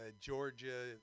Georgia